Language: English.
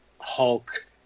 Hulk